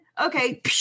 Okay